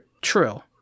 True